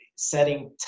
setting